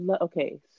Okay